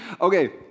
Okay